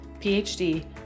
PhD